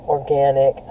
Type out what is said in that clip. Organic